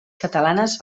catalanes